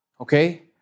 Okay